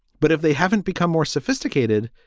but if they haven't become more sophisticated,